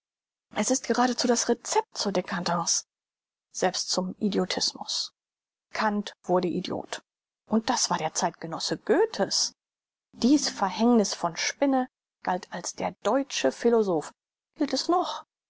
es ist geradezu das recept zur dcadence selbst zum idiotismus kant wurde idiot und das war der zeitgenosse goethe's dies verhängnis von spinne galt als der deutsche philosoph gilt es noch